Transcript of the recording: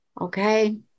Okay